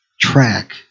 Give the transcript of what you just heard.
track